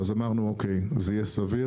אז אמרנו שזה יהיה סביר,